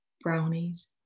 Brownies